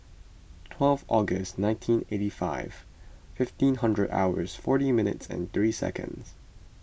twelve August nineteen eighty five fifteen hundred hours forty minutes and three seconds